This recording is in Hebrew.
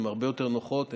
שהן הרבה יותר נוחות,